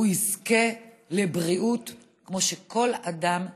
הוא יזכה לבריאות כמו שכל אדם זכאי.